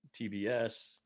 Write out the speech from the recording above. tbs